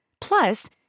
Plus